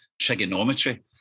trigonometry